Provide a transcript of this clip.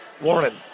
Warren